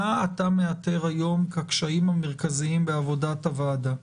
מה אתה מאתר היום כקשיים המרכזיים בעבודת הוועדה?